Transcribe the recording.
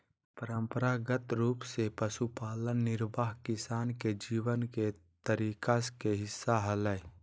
परंपरागत रूप से पशुपालन निर्वाह किसान के जीवन के तरीका के हिस्सा हलय